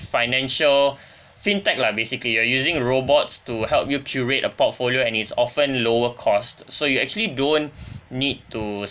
financial fintech lah basically you are using robots to help you curate a portfolio and is often lower cost so you actually don't need to